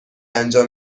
انجام